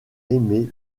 aimer